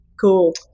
Cool